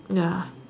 ya